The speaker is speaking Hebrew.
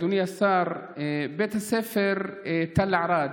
אדוני השר, בית הספר תל ערד